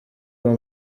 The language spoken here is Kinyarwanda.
uwo